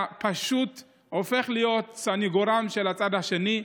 פשוט הופכת להיות הסנגור של הצד השני.